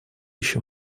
еще